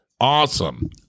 awesome